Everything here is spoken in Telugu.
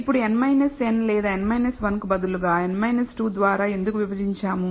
ఇప్పుడు n n లేదా n 1 కు బదులుగా n 2 ద్వారా ఎందుకు విభజించాము